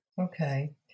Okay